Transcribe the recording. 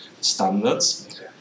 standards